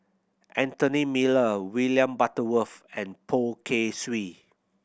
Anthony Miller William Butterworth and Poh Kay Swee